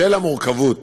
בשל המורכבות